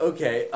Okay